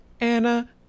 Anna